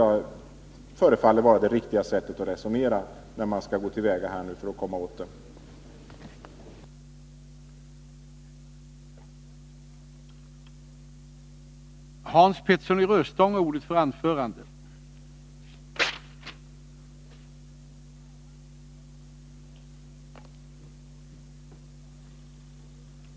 Det förefaller mig vara det riktiga sättet att resonera när det gäller hur man skall gå till väga för att komma åt den ekonomiska brottsligheten.